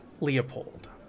Leopold